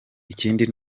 ikindi